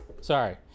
Sorry